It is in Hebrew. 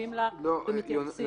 מקשיבים לה ומתייחסים אליה.